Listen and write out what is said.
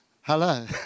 Hello